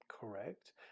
correct